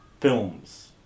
films